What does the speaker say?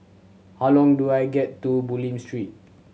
how long do I get to Bulim Street